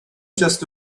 just